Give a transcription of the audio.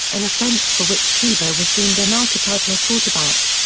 an offense for which tebow was deemed an archetypal quarterback.